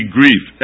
grief